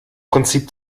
prinzip